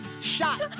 shot